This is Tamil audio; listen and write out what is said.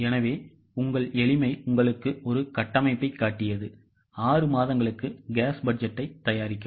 எனவே உங்கள் எளிமை உங்களுக்கு ஒரு கட்டமைப்பைக் காட்டியது 6 மாதங்களுக்கு cash பட்ஜெட்டை தயாரிக்கவும்